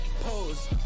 Pose